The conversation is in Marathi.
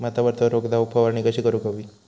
भातावरचो रोग जाऊक फवारणी कशी करूक हवी?